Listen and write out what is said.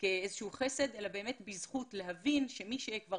כאיזשהו חסד אלא זכות להבין שמי שכבר